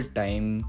time